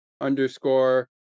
underscore